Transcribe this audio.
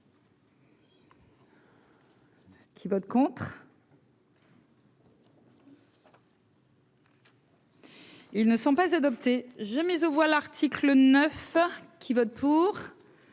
Qui vote contre. Ils ne sont pas adoptés jamais aux voix, l'article 9 qui vote pour,